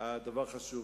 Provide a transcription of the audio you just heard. דבר חשוב.